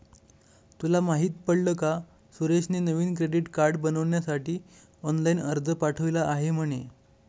तुला माहित पडल का सुरेशने नवीन क्रेडीट कार्ड बनविण्यासाठी ऑनलाइन अर्ज पाठविला आहे म्हणे